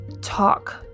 talk